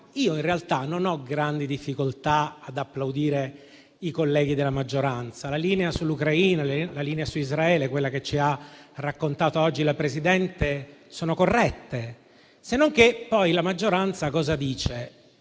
io in realtà non ho grandi difficoltà ad applaudire i colleghi della maggioranza. La linea sull'Ucraina e la linea su Israele, quelle che ci ha raccontato oggi la Presidente, sono corrette, se non che poi la maggioranza si